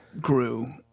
grew